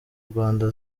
rwanda